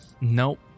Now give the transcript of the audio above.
Nope